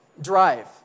drive